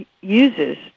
uses